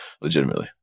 Legitimately